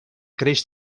creix